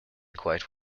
quite